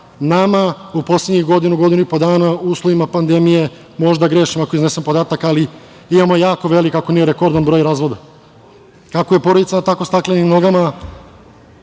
nama u poslednjih godinu, godinu i po dana, u uslovima pandemije, možda grešim ako iznesem podatak, ali imamo jako velik, ako ne i rekordan broj razvoda. Kako je porodica na tako staklenim nogama,